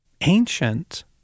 ancient